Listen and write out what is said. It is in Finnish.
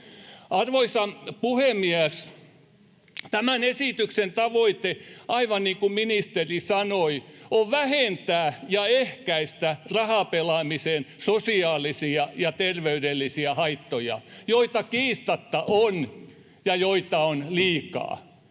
Arvoisa puhemies! Tämän esityksen tavoite, aivan niin kuin ministeri sanoi, on vähentää ja ehkäistä rahapelaamisen sosiaalisia ja terveydellisiä haittoja, joita kiistatta on ja joita on liikaa.